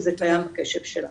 שזה קיים בקשב שלנו.